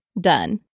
Done